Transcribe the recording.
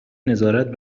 نظارت